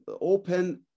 open